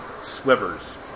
slivers